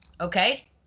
Okay